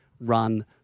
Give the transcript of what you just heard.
run